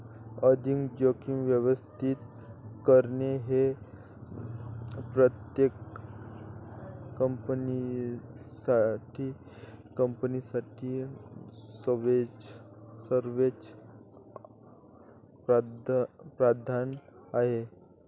आर्थिक जोखीम व्यवस्थापित करणे हे प्रत्येक कंपनीसाठी सर्वोच्च प्राधान्य आहे